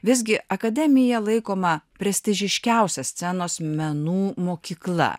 visgi akademija laikoma prestižiškiausia scenos menų mokykla